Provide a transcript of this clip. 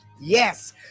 yes